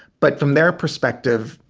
but from their perspective,